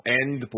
end